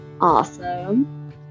awesome